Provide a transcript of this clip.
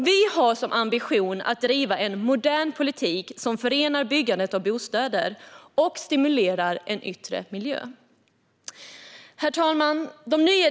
Vi har som ambition att driva en modern politik som förenar byggandet av bostäder med en stimulerande yttre miljö. Herr talman!